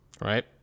Right